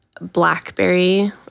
blackberry